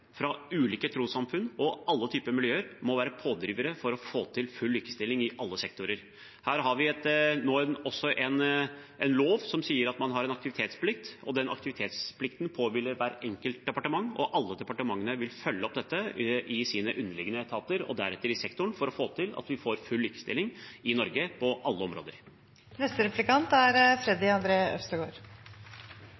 fra ulike trossamfunn og alle typer miljøer – må være pådrivere for å få til full likestilling i alle sektorer. Her har vi nå også en lov som sier at man har en aktivitetsplikt. Den aktivitetsplikten påhviler hvert enkelt departement, og alle departementene vil følge opp dette i sine underliggende etater og deretter i sektoren for å få til full likestilling i Norge på alle